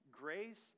grace